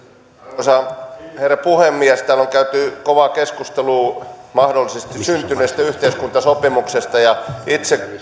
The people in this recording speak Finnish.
arvoisa herra puhemies täällä on käyty kovaa keskustelua mahdollisesti syntyneestä yhteiskuntasopimuksesta ja itse